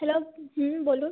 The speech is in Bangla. হ্যালো হুম বলুন